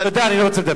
תודה, אני לא רוצה לדבר.